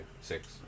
Six